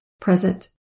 present